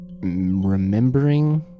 remembering